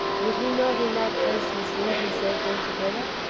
would he not in that case mislead himself altogether,